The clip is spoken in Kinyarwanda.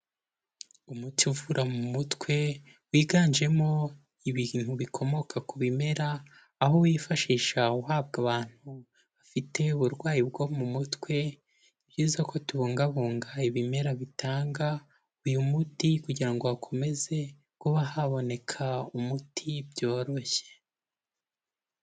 Umuti uvura mu mutwe wiganjemo ibintu bikomoka ku bimera aho wifashisha uhabwa abantu bafite uburwayi bwo mu mutwe, ni byiza ko tubungabunga ibimera bitanga uyu muti kugira ngo hakomeze kuba haboneka umuti byoroshye.